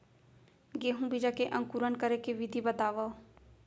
गेहूँ बीजा के अंकुरण करे के विधि बतावव?